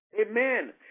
Amen